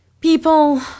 people